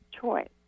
choice